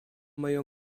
moją